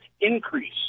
increase